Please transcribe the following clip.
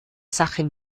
sache